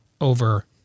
over –